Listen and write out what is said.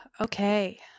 Okay